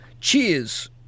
Cheers